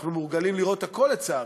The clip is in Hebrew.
אנחנו מורגלים לראות הכול, לצערי,